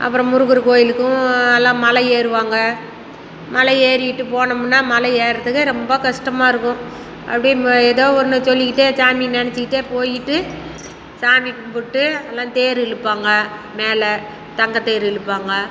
அப்புறம் முருகர் கோயிலுக்கும் எல்லாம் மலை ஏறுவாங்க மலை ஏறிவிட்டு போனோமுன்னா மலை ஏர்றதுக்கு ரொம்ப கஸ்டமாக இருக்கும் அப்படியே ஏதோ ஒன்று சொல்லிக்கிட்டே சாமியை நினச்சிக்கிட்டே போயிவிட்டு சாமி கும்பிட்டு எல்லாம் தேர் இழுப்பாங்க மேலே தங்கத்தேர் இழுப்பாங்க